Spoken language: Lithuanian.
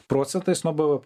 procentais nuo bvp